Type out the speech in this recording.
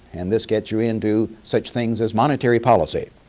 and this gets you into such things as monetary policy.